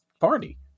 party